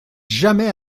jamais